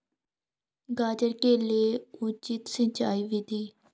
गाजर के लिए उचित सिंचाई विधि?